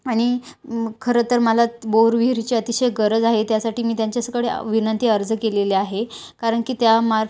आणि खरंतर मला बोरविहिरीची अतिशय गरज आहे त्यासाठी मी त्यांच्या कडे विनंती अर्ज केलेली आहे कारण की त्या मार्फत